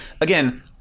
again